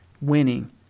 winning